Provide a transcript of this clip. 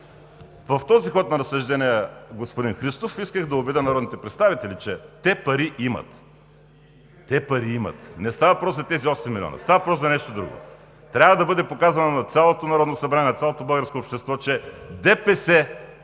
в този ход на разсъждения, господин Христов, исках да убедя народните представители, че те пари имат. Те пари имат! Не става въпрос за тези 8 милиона. Става въпрос за нещо друго. Трябва да бъде показано на цялото Народно събрание, на цялото българско общество, че ДПС